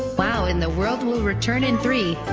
wow in the world will return in three,